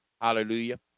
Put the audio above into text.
hallelujah